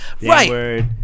right